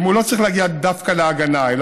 אם הוא לא צריך להגיע דווקא להגנה אלא